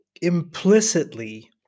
implicitly